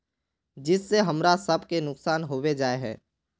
जिस से हमरा सब के नुकसान होबे जाय है?